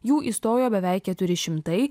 jų įstojo beveik keturi šimtai